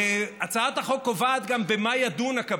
הצעת החוק קובעת גם במה ידון הקבינט.